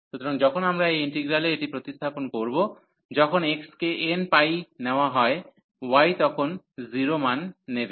সুতরাং যখন আমরা এই ইন্টিগ্রালে এটি প্রতিস্থাপন করব যখন x কে nπ নেওয়া হয় y তখন 0 মান নেবে